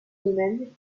domaine